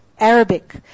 Arabic